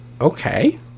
Okay